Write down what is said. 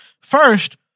First